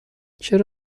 چرا